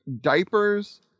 diapers